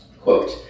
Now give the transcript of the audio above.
quote